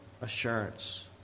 assurance